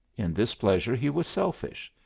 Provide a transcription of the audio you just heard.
in this pleasure he was selfish.